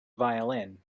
violin